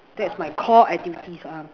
that's my core activities uh